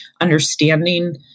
understanding